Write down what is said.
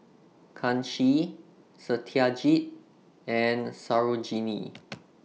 Kanshi Satyajit and Sarojini